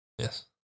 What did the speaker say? Yes